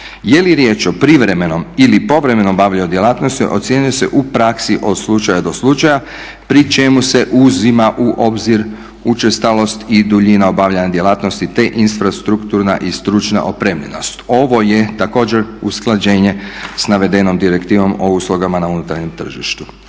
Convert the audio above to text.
Je li riječ o privremenom ili povremenom obavljanju djelatnosti ocjenjuje se u praksi od slučaja do slučaja pri čemu se uzima u obzir učestalost i duljina obavljanja djelatnosti te infrastrukturna i stručna opremljenost. Ovo je također usklađenje s navedenom direktivom o uslugama na unutarnjem tržištu.